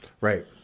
Right